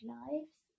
lives